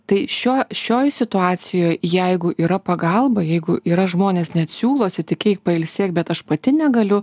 tai šio šioj situacijoj jeigu yra pagalba jeigu yra žmonės net siūlosi tik eik pailsėk bet aš pati negaliu